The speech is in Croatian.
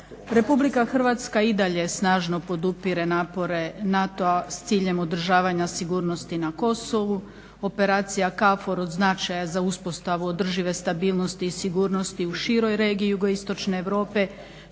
Republika Hrvatska i dalje snažno podupire napore NATO-a s ciljem održavanja sigurnosti na Kosovu. Operacija KFOR od značaja je za uspostavu održive stabilnosti i sigurnosti u široj regiji jugoistočne Europe